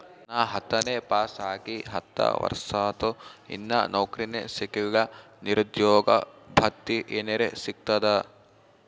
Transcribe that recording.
ನಾ ಹತ್ತನೇ ಪಾಸ್ ಆಗಿ ಹತ್ತ ವರ್ಸಾತು, ಇನ್ನಾ ನೌಕ್ರಿನೆ ಸಿಕಿಲ್ಲ, ನಿರುದ್ಯೋಗ ಭತ್ತಿ ಎನೆರೆ ಸಿಗ್ತದಾ?